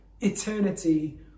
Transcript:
eternity